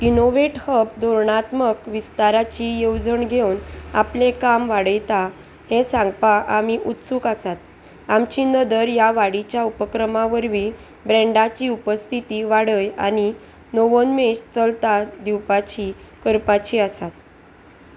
innovate hub दोरणात्मक विस्ताराची येवजण घेवन आपलें काम वाडयता हें सांगपाक आमी उत्सुक आसात आमची नदर ह्या वाडीच्या उपक्रमा वरवीं ब्रँडाची उपस्थिती वाडय आनी नवोन्मेश चलता दिवपाची करपाची आसात